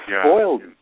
spoiled